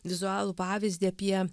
vizualų pavyzdį apie